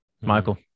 michael